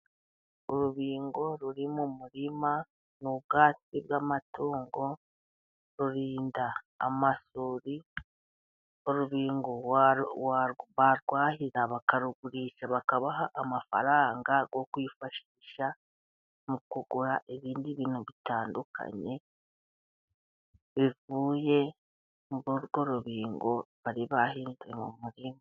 Urubingo ruri mu murima ni ubwatsi bw'amatungo. Rurinda amasuri, urubingo warwahira bakarugurisha bakabaha amafaranga, yo kwifashisha mu kugura ibindi bintu bitandukanye bivuye muri urwo rubingo, bari bahinze mu murima.